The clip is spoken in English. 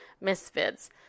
misfits